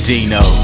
Dino